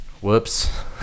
Whoops